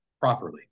properly